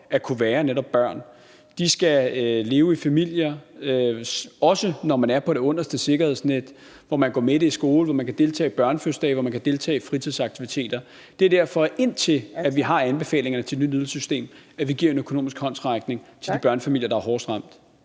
at kunne være netop børn. De skal leve i familier, også når man er på det underste sikkerhedsnet, hvor man går mæt i skole, hvor man kan deltage i børnefødselsdage, og hvor man kan deltage i fritidsaktiviteter. Det er derfor, vi, indtil vi har anbefalingerne til et nyt ydelsessystem, giver en økonomisk håndsrækning til de børnefamilier, der er hårdest ramt.